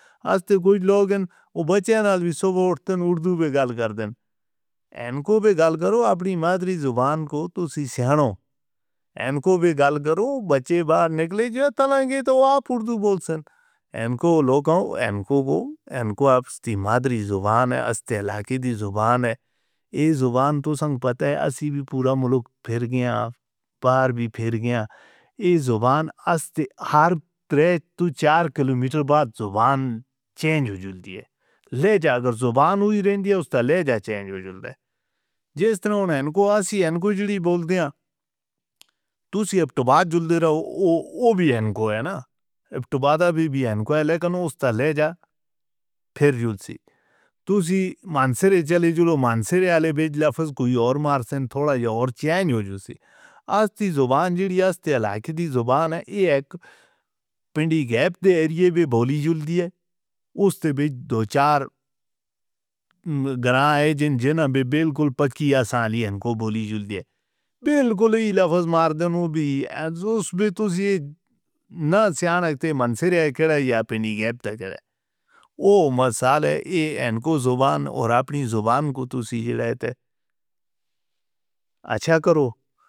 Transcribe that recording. استے گڑ لوگن اوبچیاں نال وی سوورٹن اردو دے گال کردیں۔ این کو وی گال کرو، اپنی مادری زبان کو تُسی سیکھو۔ این کو وی گال کرو، بچے باہر نکلے جو تنانگے تو وہ اردو بولسن۔ این کو لوکوں این کو گو، این کو اپنی مادری زبان ہے، اس تے علاقے دی زبان ہے۔ ایہ زبان تُساں پتے ہیں، اسی بھی پورا ملک پھر گئے ہیں، باہر بھی پھر گئے ہیں۔ ایہ زبان اس تے ہر تین چار کلومیٹر بعد زبان چینج ہو جاندی ہے۔ لے جا کر زبان ہوئی رہندی ہے، اس تے لے جا چینج ہو جاندی ہے۔ جس طرح انکو اسی انکو جڑی بولدے ہیں، تُسی اب توبہ جُل دے رہو، وہ بھی انکو ہے نا، اب توبہ دا بھی بھی انکو ہے، لیکن اس تے لے جا پھر جُل سی۔ تُسی منسرے چلے جولو منسرے آلے بیچ لفظ کوئی اور مارسن تھوڑا یا اور چینج ہو جوسی۔ آج تے زبان جڑی ہے اس تے علاقے دی زبان ہے، یہ ایک پندی گیپ دے ایریے میں بولی جُلدی ہے۔ اس تے بیچ دو چار گرہاں ہیں جن جنہاں بے بلکل پکی آسانی ان کو بولی جُلدی ہے۔ بلکل یہی لفظ مار دنوں بھی، انصوص بھی، تُسی نہ سیاں ہے تے منسرے ہے کدہ یا پنی گیپ تے کدہ۔ اوہ مسئلہ ہے ان کو زبان اور اپنی زبان کو تُسی جڑا ہے تے۔ اچھا کرو.